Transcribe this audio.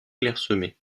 clairsemées